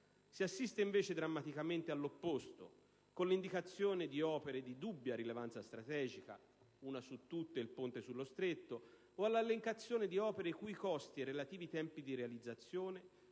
Si assiste, invece, drammaticamente all'opposto, con l'indicazione di opere di dubbia rilevanza strategica (una su tutte il Ponte sullo Stretto) o all'elencazione di opere i cui costi e i relativi tempi di realizzazione